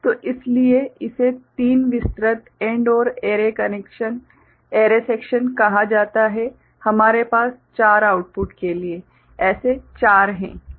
तो इसीलिए इसे तीन विस्तृत AND OR एरे सेक्शन कहा जाता है हमारे पास 4 आउटपुट के लिए एसे 4 है ठीक है